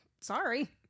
sorry